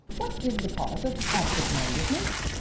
what is the cause of absent-mindedness?